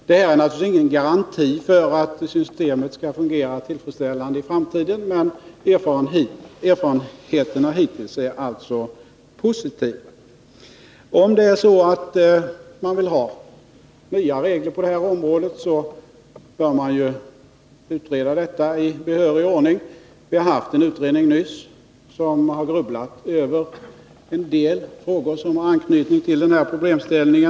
Detta är naturligtvis inte någon garanti för att systemet skall fungera tillfredsställande i framtiden, men erfarenheterna hittills är alltså positiva. Om man vill ha nya regler på detta område bör frågan utredas i behörig ordning. Vi har nyligen haft en utredning som har grubblat över en del frågor med anknytning till denna problemställning.